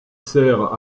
sert